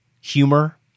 humor